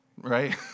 right